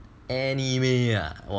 anime ah